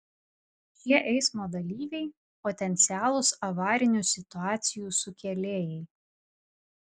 šie eismo dalyviai potencialūs avarinių situacijų sukėlėjai